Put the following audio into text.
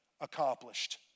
accomplished